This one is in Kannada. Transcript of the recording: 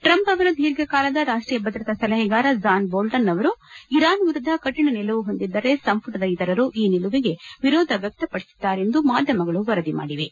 ಟ್ರಂಪ್ ಅವರ ದೀರ್ಘಕಾಲದ ರಾಷ್ಟೀಯ ಭದ್ರತಾ ಸಲಹೆಗಾರ ಜಾನ್ ಬೋಲ್ವನ್ ಅವರು ಇರಾನ್ ವಿರುದ್ದ ಕಠಿಣ ನಿಲುವು ಹೊಂದಿದ್ದರೆ ಸಂಪುಟದ ಇತರರು ಈ ನಿಲುವಿಗೆ ವಿರೋಧ ವ್ಯಕ್ತಪದಿಸಿದ್ದಾರೆ ಎಂದು ಮಾಧ್ಯಮಗಳು ವರದಿ ಮಾದಿವೆ